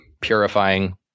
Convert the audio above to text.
purifying